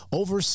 over